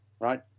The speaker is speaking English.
right